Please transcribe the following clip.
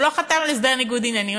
הוא לא חתם על הסדר ניגוד עניינים.